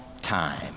time